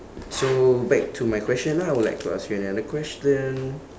so back to my question now I would like to ask you another question